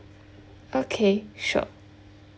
okay sure